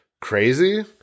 crazy